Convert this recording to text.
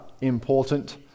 important